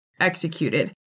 executed